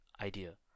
idea